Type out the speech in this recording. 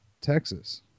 Texas